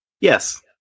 Yes